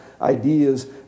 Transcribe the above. ideas